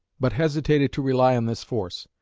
but hesitated to rely on this force.